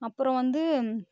அப்புறம் வந்து